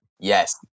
Yes